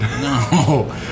No